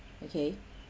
okay